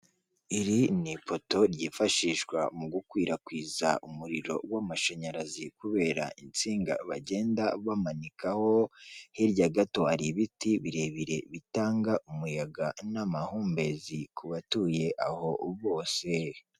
Iri ni itopo ryifashishwa mu gukwirakwiza umuriro w'amashanyarazi kubera insinga bagenda bamanikaho, hirya gato hari ibiti birebire bitanga umuyaga n'amahumbezi ku batuye aho bose.